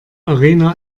arena